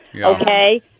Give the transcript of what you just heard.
okay